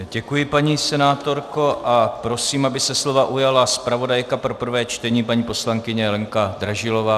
Děkuji, paní senátorko, a prosím, aby se slova ujala zpravodajka pro prvé čtení paní poslankyně Lenka Dražilová.